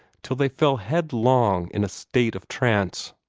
till they fell headlong in a state of trance.